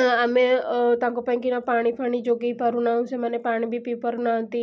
ଆମେ ତାଙ୍କ ପାଇଁକିନା ପାଣି ଫାଣି ଯୋଗାଇ ପାରୁନାହୁଁ ସେମାନେ ପାଣି ବି ପିଇ ପାରୁନାହାନ୍ତି